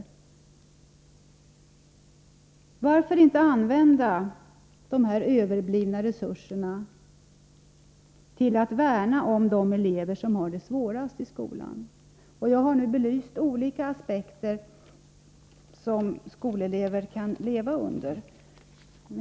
Varför används inte de överblivna resurserna till att värna om de elever som har det svårast i skolan? Jag har nu belyst olika aspekter på de förhållanden som skoleleverna kan leva under.